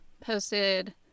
posted